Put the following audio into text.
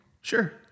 sure